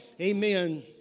amen